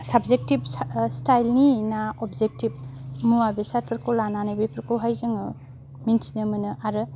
subjective style नि ना objective मुवा बेसादफोरखौ लानानै बेफोरखौहाय जोङो मिन्थिनो मोनो आरो